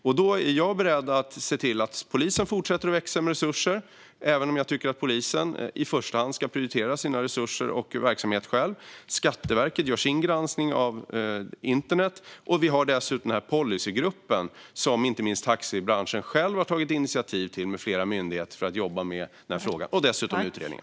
Jag är beredd att se till att polisen fortsätter att växa med mer resurser, även om jag tycker att polisen i första hand själv ska besluta om hur resurser och verksamhet ska prioriteras. Skatteverket gör sin granskning av internet. Vi har också policygruppen, som inte minst taxibranschen själv har tagit initiativ till tillsammans med flera myndigheter för att jobba med frågan. Vi har dessutom utredningen.